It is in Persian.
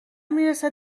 میرسه